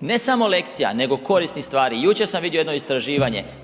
ne samo lekcija nego korisnih stvari. Jučer sam vidio jedno istraživanje,